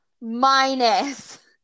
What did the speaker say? minus